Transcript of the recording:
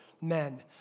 men